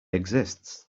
exists